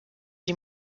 die